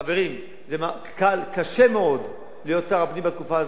חברים, קשה מאוד להיות שר הפנים בתקופה הזאת,